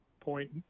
point